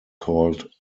called